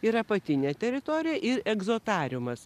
ir apatinę teritoriją ir egzotariumas